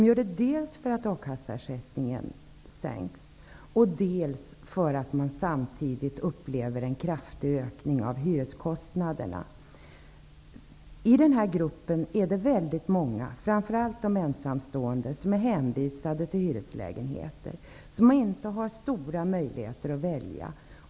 Det beror dels på att akasseersättningen sänks, dels på att man samtidigt upplever en kraftig ökning av hyreskostnaderna. Väldigt många, framför allt de ensamstående, är hänvisade till hyreslägenheter och har inte stora möjligheter att välja.